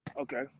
Okay